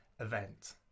event